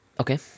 okay